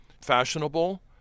fashionable